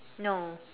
no